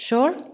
Sure